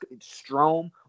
Strom